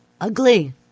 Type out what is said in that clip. ugly